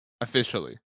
Officially